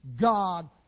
God